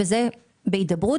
לגבי